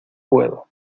puedo